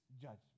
judgment